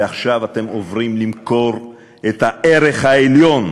ועכשיו אתם עוברים למכור את הערך העליון,